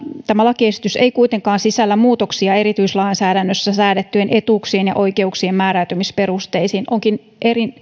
tämä lakiesitys ei kuitenkaan sisällä muutoksia erityislainsäädännössä säädettyjen etuuksien ja oikeuksien määräytymisperusteisiin onkin